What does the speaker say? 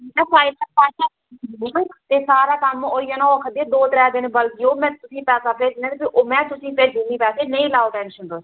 में फाइलां सारियां भेज्जी दियां न ते सारा कम्म होई जाना ओह् आक्खा दे दो त्रै दिन बलगी जाओ में तुसें ई पैसा भेजना ते फ्ही ओह् में तुसें ई भेज्जी ओड़नी पैसे नेईं लैओ टैंशन तुस